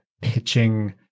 pitching